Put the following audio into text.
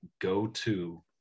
go-to